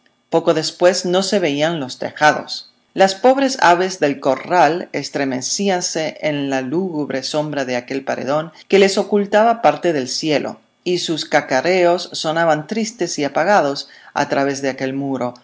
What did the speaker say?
poco después no se veían los tejados las pobres aves del corral estremecíanse en la lúgubre sombra de aquel paredón que las ocultaba parte del cielo y sus cacareos sonaban tristes y apagados a través de aquel muro